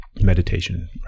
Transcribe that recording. meditation